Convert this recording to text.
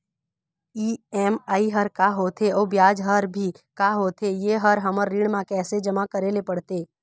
EMI हर का होथे अऊ ब्याज हर भी का होथे ये हर हमर ऋण मा कैसे जमा करे ले पड़ते?